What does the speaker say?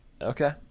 Okay